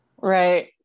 Right